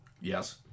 Yes